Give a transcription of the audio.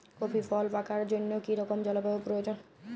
Coffee ফল পাকার জন্য কী রকম জলবায়ু প্রয়োজন?